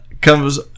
comes